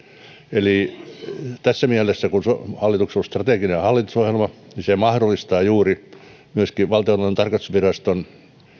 eli tässä mielessä kun hallituksella on ollut strateginen hallitusohjelma juuri se mahdollistaa myöskin valtiontalouden tarkastusviraston